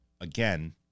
again